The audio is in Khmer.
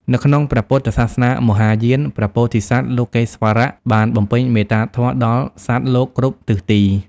នៅក្នុងព្រះពុទ្ធសាសនាមហាយាន ព្រះពោធិសត្វ លោកេស្វរៈ បានបំពេញមេត្តាធម៌ដល់សត្វលោកគ្រប់ទិសទី។